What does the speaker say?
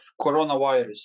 coronavirus